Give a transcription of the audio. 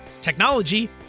technology